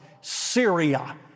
Syria